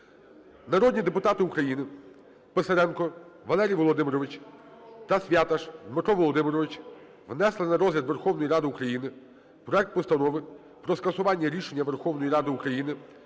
Народні депутати України Писаренко Валерій Володимирович та Святаш Дмитро Володимирович внесли на розгляд Верховної Ради України проект Постанови про скасування рішення Верховної Ради України